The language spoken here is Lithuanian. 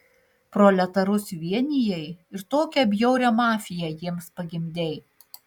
proletarus vienijai ir tokią bjaurią mafiją jiems pagimdei